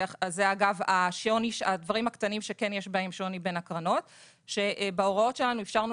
זה הדברים הקטנים שכן יש בהם שוני בין הקרנות שבהוראות שלנו אפשרנו